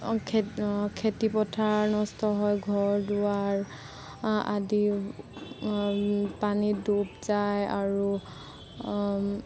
খেতিপথাৰ নষ্ট হয় ঘৰ দুৱাৰ আদিও পানীত ডুব যায় আৰু